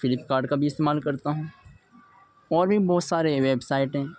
Flipkart کا بھی استعمال کرتا ہوں اور بھی بہت سارے ویب سائٹ ہیں